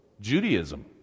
Judaism